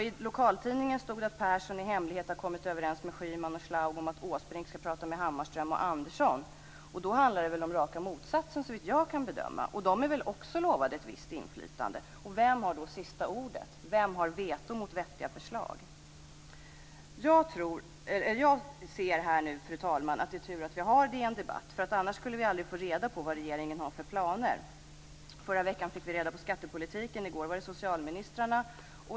I lokaltidningen stod det att Persson i hemlighet har kommit överens med Schyman och Schlaug om att Åsbrink skall prata med Hammarström och Andersson, och då handlar det väl om raka motsatsen, såvitt jag kan bedöma. Och de är väl också lovade ett visst inflytande. Och vem har då sista ordet? Vem har veto mot vettiga förslag? Fru talman! Det är tur att vi har DN Debatt - annars skulle vi aldrig få reda på vad regeringen har för planer. Förra veckan fick vi reda på skattepolitiken. I går var det socialministrarna som redovisade socialpolitiken.